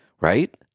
right